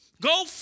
Go